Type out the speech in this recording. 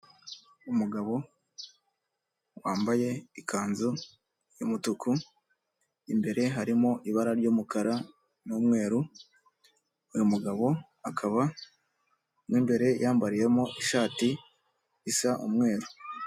Umugabo wambaye ikanzu y'umutuku imbere harimo ibara ry'umukara n'umweru, uyu mugabo akaba n'imbere yambariyemo ishati isa umweru.